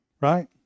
right